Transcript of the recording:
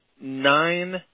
nine